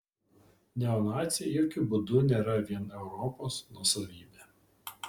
neonaciai jokiu būdu nėra vien europos nuosavybė